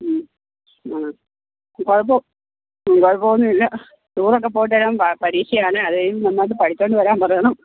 മ്മ് ആ കുഴപ്പം കുഴപ്പമൊന്നുമില്ല ടൂറൊക്കെ പോയിട്ട് വരുമ്പം പരീക്ഷയാണ് അത് കഴിഞ്ഞ് നന്നായിട്ട് പഠിച്ചോണ്ട് വരാൻ പറയണം